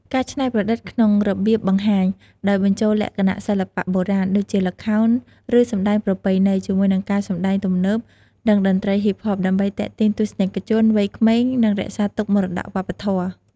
ការច្នៃប្រឌិតក្នុងរបៀបបង្ហាញ ដោយបញ្ចូលលក្ខណៈសិល្បៈបុរាណ ដូចជា ល្ខោន ឬសម្តែងប្រពៃណី ជាមួយនឹងការសម្តែងទំនើប និងតន្ត្រីហ៊ីបហប ដើម្បីទាក់ទាញទស្សនិកជន វ័យក្មេង និងរក្សាទុកមរតកវប្បធម៌។